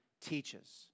teaches